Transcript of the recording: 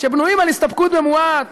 שבנויים על הסתפקות במועט